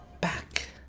back